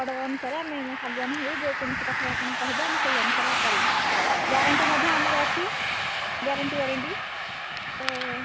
order ଅନୁସାରେ ଆମେ ଶାଗୁଆନ ହେଉ ଯେ କୌଣସି କାଠରେ ଆପଣ କହିବେ ଆମେ ସେହି ଅନୁସାରେ କରିବୁ ଗ୍ୟାରେଣ୍ଟି ମଧ୍ୟ ଆମର ଅଛି ଗ୍ୟାରେଣ୍ଟି ୱାରେଣ୍ଟି ଓ